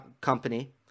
company